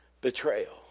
betrayal